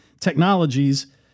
technologies